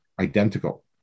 identical